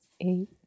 Eight